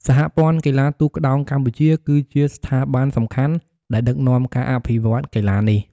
សហព័ន្ធកីឡាទូកក្ដោងកម្ពុជាគឺជាស្ថាប័នសំខាន់ដែលដឹកនាំការអភិវឌ្ឍន៍កីឡានេះ។